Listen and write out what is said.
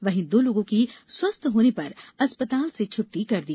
वहीं दो लोगों की स्वस्थ्य होने पर अस्पताल से छुट्टी दे दी